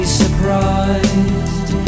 surprised